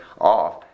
off